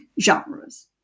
genres